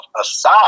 aside